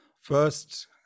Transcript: first